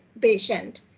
patient